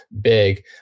big